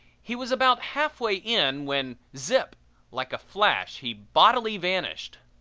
he was about halfway in when zip like a flash he bodily vanished.